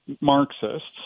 Marxists